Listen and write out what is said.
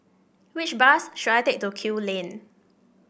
which bus should I take to Kew Lane